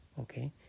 okay